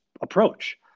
approach